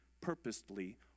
purposely